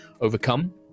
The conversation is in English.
overcome